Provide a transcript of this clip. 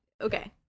okay